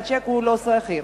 והוא סחיר.